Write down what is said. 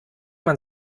man